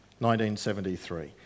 1973